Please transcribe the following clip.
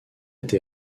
été